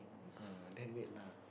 uh then wait lah